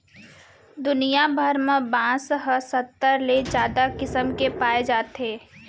दुनिया भर म बांस ह सत्तर ले जादा किसम के पाए जाथे